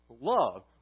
Love